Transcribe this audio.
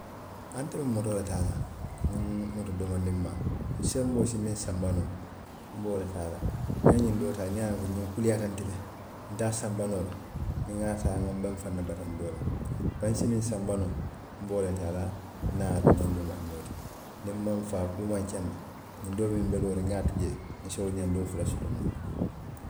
Haa nte motoo le taa la ñiŋ moto domondinmaa, n senboo se miŋ sanba noo n be wo le taa la niŋ n ŋa ñiŋ doo taa n ŋa a loŋ ñiŋ kuliyaata n ti le, n te a sanba noo la, niŋ n ŋa a taa n be n faŋ ne bataandoo la, bari n sa miŋ sanba noo, n be wo le taa la, n niŋ a ye a doomaŋ doomaŋ ñoo ti, niŋ n maŋ faa, kuu maŋ ke n na, ñiŋ doo muŋ be looriŋ n ŋa a tu jee, n si wo ñoŋ doo fula soto noo le